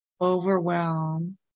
overwhelm